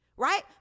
right